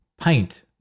Paint